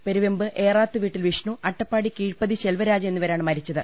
പെരുവെമ്പ് ഏറാത്ത് വീട്ടിൽ വിഷ്ണു അട്ടപ്പാടി കീഴ്പ്പതി ശെൽവരാജ് എന്നിവരാണ് മരിച്ചത്